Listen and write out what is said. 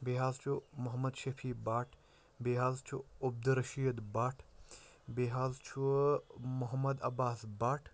بیٚیہِ حظ چھُ محمد شفیع بٹ بیٚیہِ حظ چھُ عبدالرشیٖد بٹ بیٚیہِ حظ چھُ محمد عباس بٹ